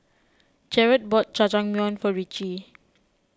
Jerad bought Jajangmyeon for Ricci